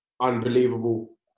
unbelievable